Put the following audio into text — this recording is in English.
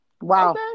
wow